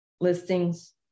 listings